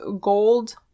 gold